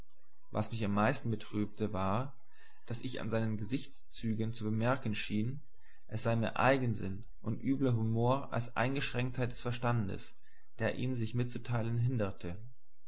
was mich am meisten betrübte war daß ich an seinen gesichtszügen zu bemerken schien es sei mehr eigensinn und übler humor als eingeschränktheit des verstandes der ihn sich mitzuteilen hinderte